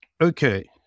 Okay